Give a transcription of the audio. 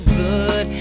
good